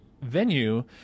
venue